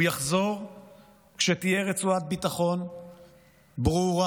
הוא יחזור כשתהיה רצועת ביטחון ברורה